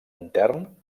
intern